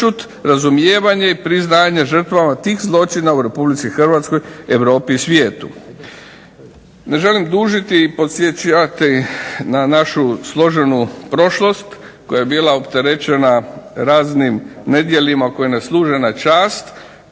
sućut razumijevanje i priznanje žrtvama tih zločina u RH, Europi i svijetu. Ne želim dužiti i podsjećati na našu složenu prošlost koja je bila opterećena raznim nedjelima koja ne služe na čast,